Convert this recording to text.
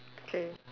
okay